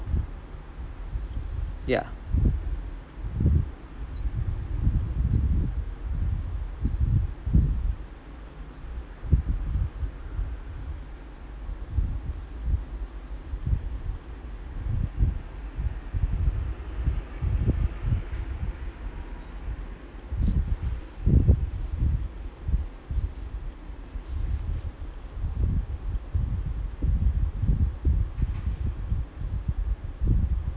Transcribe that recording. yeah